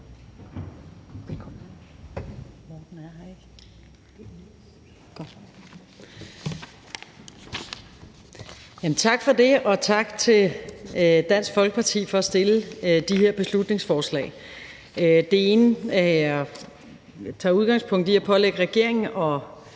Tak for det, og tak til Dansk Folkeparti for at fremsætte de her beslutningsforslag. Det ene tager udgangspunkt i at pålægge regeringen inden